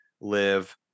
live